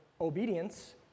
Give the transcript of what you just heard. obedience